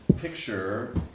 picture